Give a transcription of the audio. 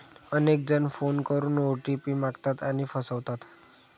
अनेक जण फोन करून ओ.टी.पी मागतात आणि फसवतात